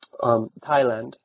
Thailand